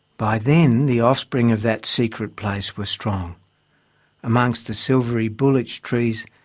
by then the offspring of that secret place were strong amongst the silvery bullich trees,